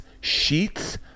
sheets